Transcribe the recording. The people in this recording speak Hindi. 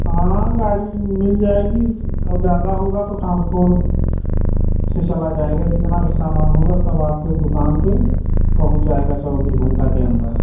हाँ गाड़ी मिल जाएगी और ज़्यादा होगा तो टांसफोर से चला जाएगा जितना भी सामान होगा सब आपके दुकान पर पहुँच जाएगा चौबीस घंटा के अंदर